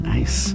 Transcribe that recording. Nice